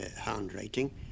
handwriting